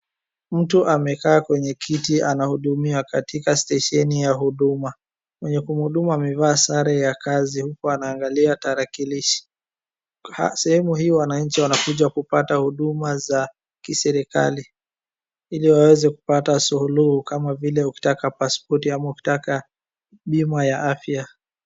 Mtu amekaa kwenye kiti anahudumiwa katika stesheni ya huduma, mwenye kumhudumia amevaa sare ya kazi huku anaangalia tarakilishi. Sehemu hii wananchi wanakuja kupata huduma za kiserikali, ili waweze kupata suluhu kama vile ukitaka pasipoti ama ukitaka bima ya afya.